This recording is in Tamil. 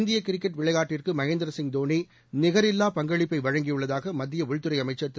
இந்திய கிரிக்கெட் விளையாட்டிற்கு மகேந்திர சிங் தோனி நிகரில்லா பங்களிப்பை வழங்கியுள்ளதாக மத்திய உள்துறை அமைச்சர் திரு